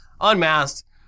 unmasked